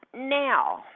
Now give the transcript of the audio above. now